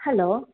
hello